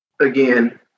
again